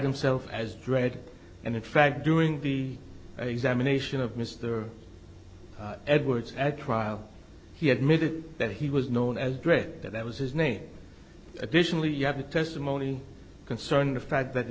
himself as dread and in fact during the examination of mister edwards at trial he admitted that he was known as dread that was his name additionally you have the testimony concerning the fact that the